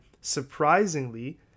surprisingly